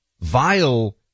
vile